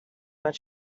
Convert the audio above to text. but